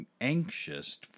anxious